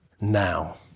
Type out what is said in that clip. now